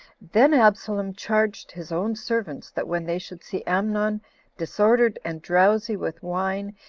then absalom charged his own servants, that when they should see amnon disordered and drowsy with wine,